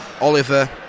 Oliver